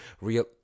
real